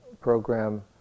program